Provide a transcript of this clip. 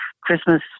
Christmas